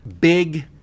big